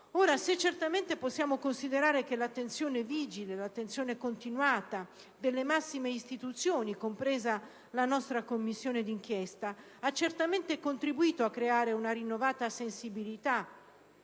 Se certamente possiamo considerare che l'attenzione vigile e continuata delle massime istituzioni, compresa la Commissione d'inchiesta del Senato, ha di certo contribuito a creare una rinnovata sensibilità